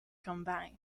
combined